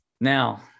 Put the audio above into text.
Now